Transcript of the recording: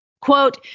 quote